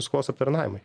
skolos aptarnavimui